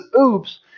oops